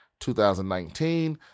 2019